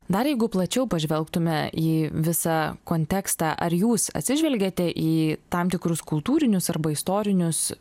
dar jeigu plačiau pažvelgtume į visą kontekstą ar jūs atsižvelgiate į tam tikrus kultūrinius arba istorinius